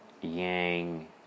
Yang